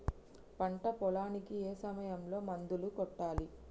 పంట పొలానికి ఏ సమయంలో మందులు కొట్టాలి?